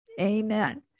Amen